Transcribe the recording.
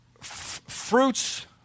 Fruits